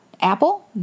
Apple